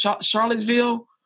Charlottesville